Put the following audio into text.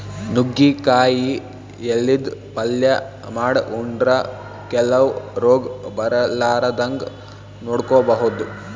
ನುಗ್ಗಿಕಾಯಿ ಎಲಿದ್ ಪಲ್ಯ ಮಾಡ್ ಉಂಡ್ರ ಕೆಲವ್ ರೋಗ್ ಬರಲಾರದಂಗ್ ನೋಡ್ಕೊಬಹುದ್